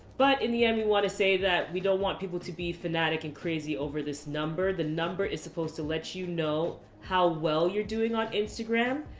but in the end we wanna say that we don't want people to be fanatic and crazy over this number. the number is supposed to let you know, how well you're doing on instagram,